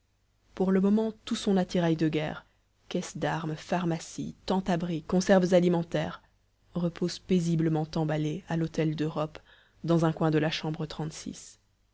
pour le moment tout son attirail de guerre caisses d'armes pharmacie tente abri conserves alimentaires repose paisiblement emballé à l'hôtel d'europe dans un coin de la chambre